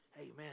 Amen